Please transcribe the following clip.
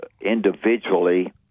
individually